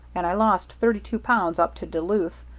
and i lost thirty-two pounds up to duluth.